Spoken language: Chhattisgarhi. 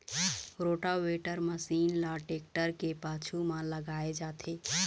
रोटावेटर मसीन ल टेक्टर के पाछू म लगाए जाथे